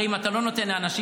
הרי אם אתה לא נותן לאנשים,